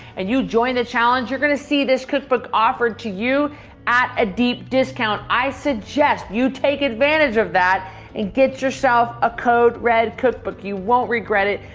and you join the challenge, you're gonna see this cookbook offered to you at a deep discount. i suggest you take advantage of that and get yourself a code red cookbook. you won't regret it.